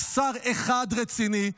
שר אחד רציני,